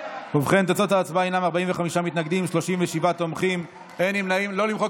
הרחבת הזכאות להליכי נשיאת עוברים והרחבת ההגנה על האם הנושאת),